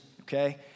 okay